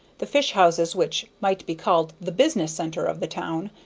the fish-houses, which might be called the business centre of the town,